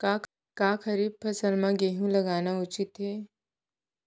का खरीफ फसल म गेहूँ लगाना उचित है?